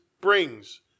brings